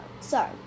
sorry